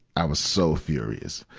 i was so furious,